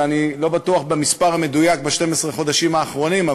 ואני לא בטוח במספר המדויק ב-12 החודשים האחרונים,